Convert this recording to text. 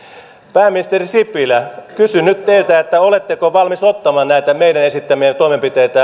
pääministeri sipilä kysyn nyt teiltä oletteko valmis ottamaan meidän esittämiämme toimenpiteitä